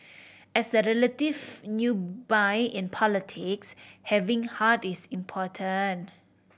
as a relative newbie in politics having heart is important